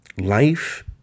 life